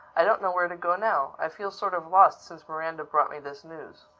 i don't know where to go now. i feel sort of lost since miranda brought me this news.